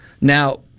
Now